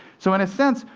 so in a sense,